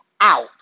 out